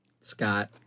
Scott